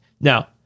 Now